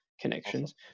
connections